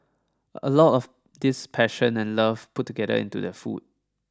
a lot of this passion and love put together into the food